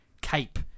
cape